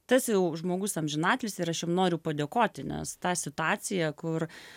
tas žmogus amžinatilsį ir aš jam noriu padėkoti nes tą situaciją kur